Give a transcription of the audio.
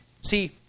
see